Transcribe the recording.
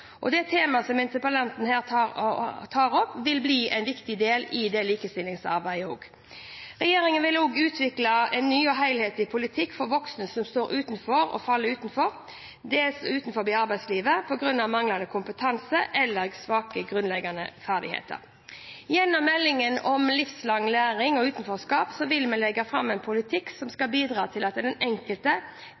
Det temaet som interpellanten her tar opp, vil bli en viktig del av det likestillingsarbeidet. Regjeringen vil også utvikle en ny og helhetlig politikk for voksne som står i fare for å falle utenfor, eller som står utenfor arbeidslivet, på grunn av manglende kompetanse eller svake grunnleggende ferdigheter. Gjennom meldingen om livslang læring og utenforskap vil vi legge fram en politikk som skal bidra til at den enkelte